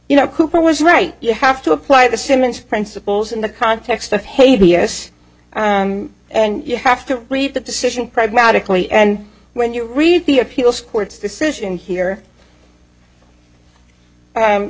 you know cooper was right you have to apply the simmons principles in the context of hey vs and you have to read that decision pragmatically and when you read the appeals court decision here